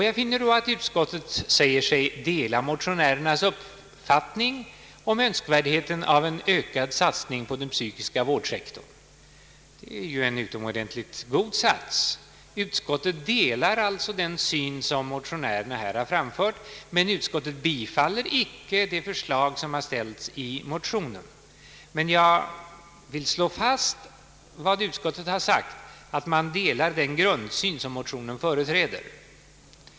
Jag finner då att utskottet säger sig dela motionärernas uppfattning om önskvärdheten av en ökad satsning på den psykiska vårdsektorn. Utskottet delar alltså den syn som motionärerna här framfört men tillstyrker icke det förslag som framställts i motionen. Jag vill dock slå fast vad utskottet sagt om att det delar den grundsyn som motionen företräder.